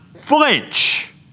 flinch